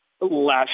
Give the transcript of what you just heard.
last